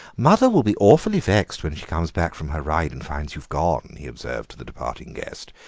mother will be awfully vexed when she comes back from her ride and finds you have gone, he observed to the departing guest,